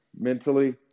mentally